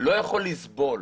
לא יכול לסבול